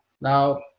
now